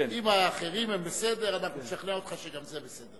אם האחרים הם בסדר, אנחנו נשכנע אותך שגם זה בסדר.